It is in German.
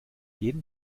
jeden